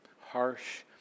harsh